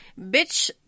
Bitch